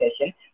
session